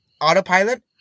Autopilot